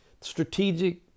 strategic